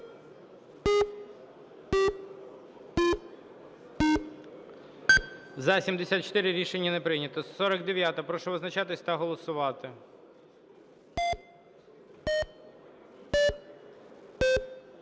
За-74 Рішення не прийнято. 49-та. Прошу визначатись та голосувати.